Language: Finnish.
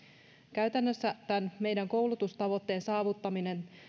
käytännössä tämän meidän koulutustavoitteemme saavuttaminen